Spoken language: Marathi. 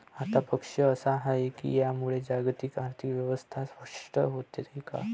आता प्रश्न असा आहे की यामुळे जागतिक आर्थिक व्यवस्था भ्रष्ट होते का?